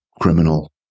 criminal